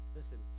Listen